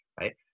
right